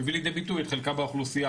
שמביא לידי ביטוי את חלקה באוכלוסיה,